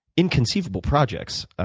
inconceivable projects,